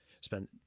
spend